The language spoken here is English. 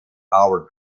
power